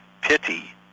pity